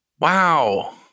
Wow